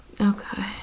Okay